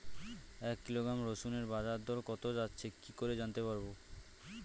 এক কিলোগ্রাম রসুনের বাজার দর কত যাচ্ছে কি করে জানতে পারবো?